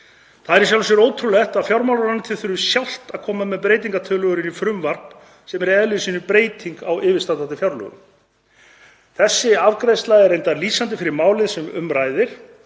Það er í sjálfu sér ótrúlegt að fjármálaráðuneytið þurfi sjálft að koma með breytingartillögur við frumvarp sem er í eðli sínu breyting á yfirstandandi fjárlögum. Þessi afgreiðsla er reyndar lýsandi fyrir málið sem um ræðir.